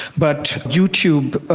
but youtube,